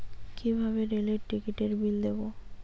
কিভাবে রেলের টিকিটের বিল দেবো?